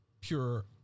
pure